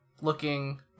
looking